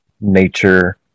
nature